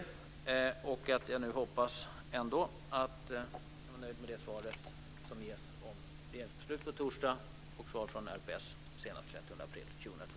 Jag hoppas att Carl-Axel Johansson är nöjd med det svar som ges om ett regeringsbeslut på torsdag och svar från RPS senast den 30 april 2002.